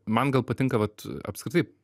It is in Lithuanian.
man gal patinka vat apskritai